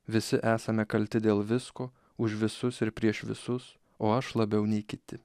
visi esame kalti dėl visko už visus ir prieš visus o aš labiau nei kiti